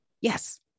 Yes